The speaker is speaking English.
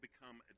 become